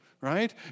right